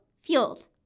fueled